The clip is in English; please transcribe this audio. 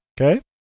Okay